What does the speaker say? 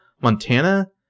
Montana